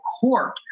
court